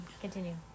Continue